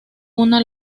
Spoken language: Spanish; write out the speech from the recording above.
una